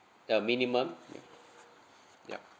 the minimum yeah yup